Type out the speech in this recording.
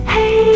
Hey